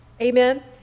amen